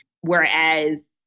Whereas